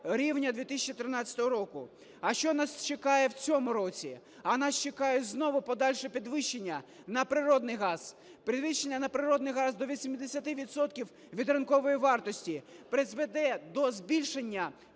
рівня 2013 року. А що нас чекає у цьому році? А нас чекає знову подальше підвищення на природний газ. Підвищення на природний газ до 80 відсотків від ринкової вартості призведе до збільшення